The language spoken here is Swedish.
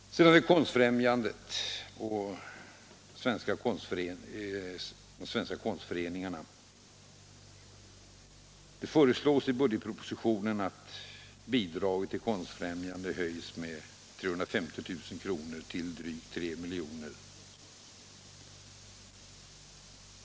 Sedan har vi Konstfrämjandet och de svenska konstföreningarna. Det 103 föreslås i budgetpropositionen att bidraget till Konstfrämjandet höjs med 350 000 kr. till drygt 3 miljoner.